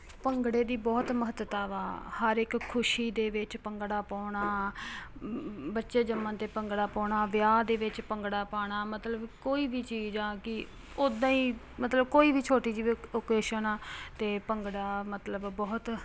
ਭੰਗੜੇ ਦੀ ਬਹੁਤ ਮਹੱਤਤਾ ਵਾ ਹਰ ਇੱਕ ਖੁਸ਼ੀ ਦੇ ਵਿੱਚ ਭੰਗੜਾ ਪਾਉਣਾ ਬੱਚੇ ਜੰਮਣ ਤੇ ਭੰਗੜਾ ਪਾਉਣਾ ਵਿਆਹ ਦੇ ਵਿੱਚ ਭੰਗੜਾ ਪਾਉਣਾ ਮਤਲਬ ਕੋਈ ਵੀ ਚੀਜ਼ ਆ ਕਿ ਓਦਾਂ ਈ ਮਤਲਬ ਕੋਈ ਵੀ ਛੋਟੀ ਜਿਹੀ ਵੀ ਓ ਓਕੇਸ਼ਨ ਆ ਤੇ ਭੰਗੜਾ ਮਤਲਬ ਬਹੁਤ